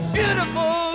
beautiful